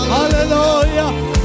Hallelujah